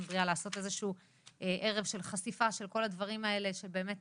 בריאה" לעשות איזה שהוא ערב של חשיפה של כל הדברים האלה שבאמת